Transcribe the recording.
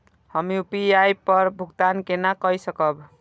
हम यू.पी.आई पर भुगतान केना कई सकब?